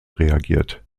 reagiert